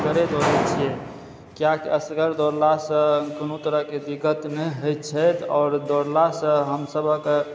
असगरे दौड़ै छियै कियाकि असगर दौड़ला सॅं कोनो तरहक दिक्कत नहि होइत छथि आओर दौड़ला सॅं हमसबहक